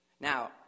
Now